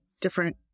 different